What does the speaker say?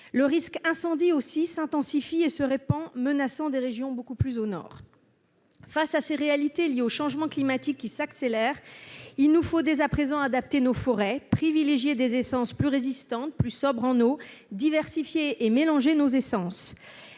Le risque incendie s'intensifie lui aussi et se répand, menaçant des régions situées beaucoup plus au nord. Face à ces réalités liées au changement climatique qui s'accélère, il nous faut, dès à présent, adapter nos forêts : privilégier des essences plus résistantes, plus sobres en eau, diversifier et mélanger nos essences.